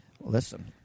Listen